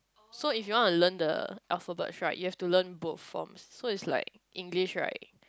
so if you want to learn the alphabets right you have to learn both forms so it's like English right